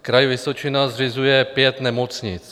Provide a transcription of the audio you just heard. Kraj Vysočina zřizuje pět nemocnic.